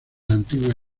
antiguas